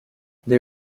they